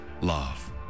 love